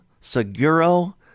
Seguro